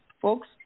folks